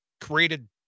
created